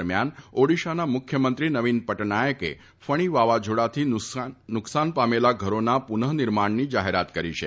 દરમ્યાન ઓડીશાના મુખ્યમંત્રી નવીન પટનાયકે ફણી વાવાઝોડાથી નુકસાન પામેલા ધરોના પુનઃ નિર્માણની જાહેરાત કરી છે